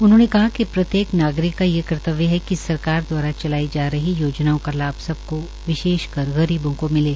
उन्होंने कहा कि प्रत्येक नागरिक का ये कर्त्तव्य है कि सरकार दवारा चलाई जा रही योजनाओं का लाभ सबको विशेषकर गरीबों को मिले